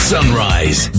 Sunrise